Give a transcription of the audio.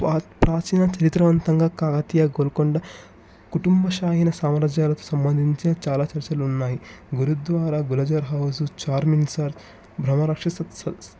ప్రాచీన చరిత్రవంతంగా కాకతీయ గోల్కొండ కుటుంబ సామ్రాజ్యాలకు సంబంధించిన చాలా చర్చలు ఉన్నాయి గురుద్వారా గురజాల హౌస్ చార్మింగ్ సా బ్రదర్